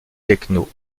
techno